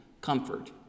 comfort